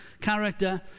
character